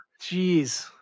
Jeez